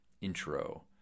intro